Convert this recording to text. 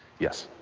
yes.